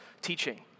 teaching